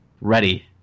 ready